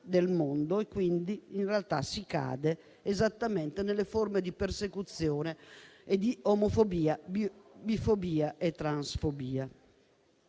del mondo. Quindi in realtà si cade esattamente nelle forme di persecuzione, di omofobia, di bifobia e transfobia.